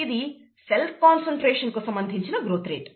ఇది cell concentration కు సంబంధించిన గ్రోత్ రేట్